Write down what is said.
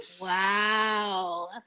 Wow